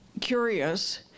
curious